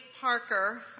Parker